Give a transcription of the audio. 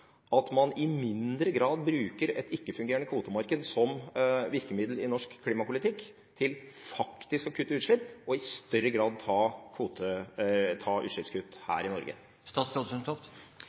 at man i mindre grad bruker et ikke-fungerende kvotemarked som virkemiddel i norsk klimapolitikk til faktisk å kutte utslipp, og i større grad ta utslippskutt her i Norge?